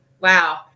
Wow